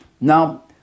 Now